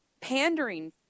pandering